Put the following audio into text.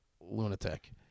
lunatic